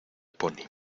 pony